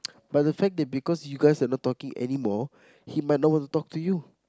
but the fact that because you guys are not talking anymore he might not wants to talk to you